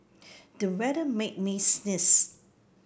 the weather made me sneeze